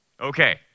Okay